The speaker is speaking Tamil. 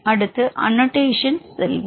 அடுத்து அனோடேஷன் செல்வோம்